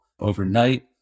Overnight